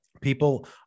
people